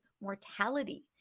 mortality